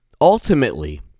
ultimately